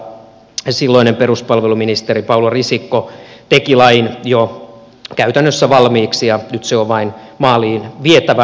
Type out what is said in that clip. viime kaudella silloinen peruspalveluministeri paula risikko teki lain jo käytännössä valmiiksi ja nyt se on vain maaliin vietävä